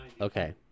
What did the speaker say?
Okay